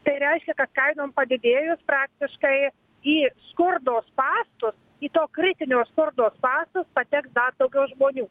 tai reiškia kad kainom padidėjus praktiškai į skurdo spąstus į to kritinio skurdo spąstus pateks dar daugiau žmonių